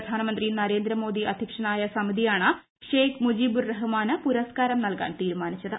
പ്രധാനമന്ത്രി നരേന്ദ്ര മോദി അധ്യക്ഷനായ സമിതിയാണ് ഷേഖ് മുജീബുർ റഹ്മാന് പുര സ്കാരം നൽകാൻ തീരുമാനിച്ചത്